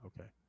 okay